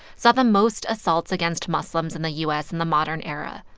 saw the most assaults against muslims in the u s. in the modern era.